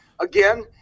again